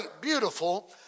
beautiful